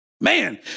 Man